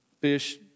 fish